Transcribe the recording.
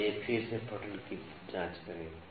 अब आइए फिर से पठन की जाँच करें